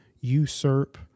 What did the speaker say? usurp